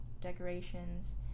decorations